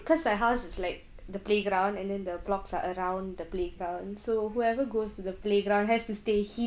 cause my house is like the playground and then the blocks are around the playground so whoever goes to the playground has to stay